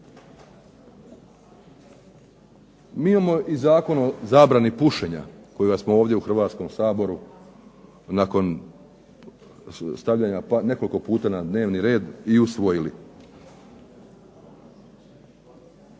Mi imamo i Zakon o zabrani pušenja kojega smo ovdje u Hrvatskom saboru nakon stavljanja nekoliko puta na dnevni red i usvojili.